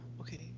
okay